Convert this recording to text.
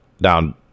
down